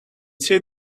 see